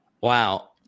Wow